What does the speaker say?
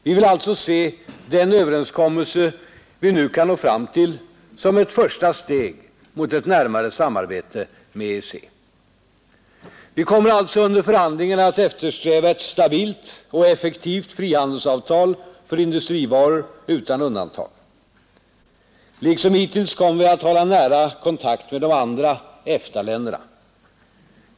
Vi vill alltså se den överenskommelse vi nu kan nå fram till som ett första steg mot ett närmare samarbete med EEC. Vi kommer alltså under förhandlingarna att eftersträva ett stabilt och effektivt frihandelsavtal för industrivaror utan undantag. Liksom hittills kommer vi att hålla nära kontakt med de andra EFTA-änderna.